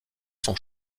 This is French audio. sont